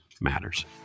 matters